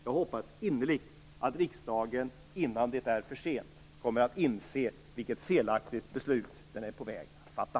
Jag hoppas innerligt att riksdagen, innan det är för sent, kommer att inse vilket felaktigt beslut den är på väg att fatta.